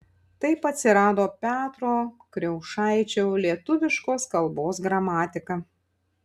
taip atsirado petro kriaušaičio lietuviškos kalbos gramatika